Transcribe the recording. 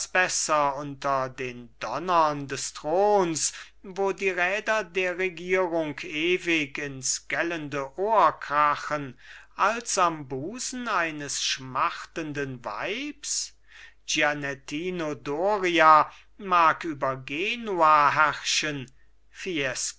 besser unter den donnern des throns wo die räder der regierung ewig ins gellende ohr krachen als am busen eines schmachtenden weibs gianettino doria mag über genua herrschen